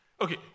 Okay